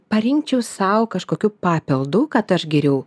parinkčiau sau kažkokių papildų kad aš geriau